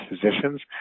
physicians